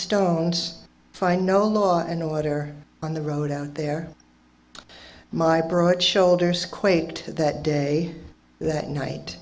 stones fine no law and order on the road out there my bro it shoulders quaked that day that night